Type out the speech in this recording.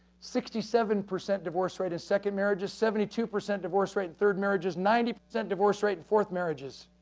sixty seven percent divorce rate in second marriages, seventy two percent divorce rate in third marriages, ninety percent divorce rate in fourth marriages.